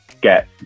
get